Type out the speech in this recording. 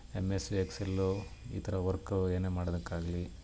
M S excel ಈ ಥರ work ಏನೇ ಮಾಡೋದಕ್ಕಾಗ್ಲೀ